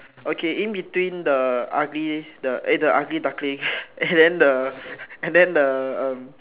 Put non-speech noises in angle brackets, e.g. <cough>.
okay in between the ugly the eh the ugly duckling <breath> and then the and then the uh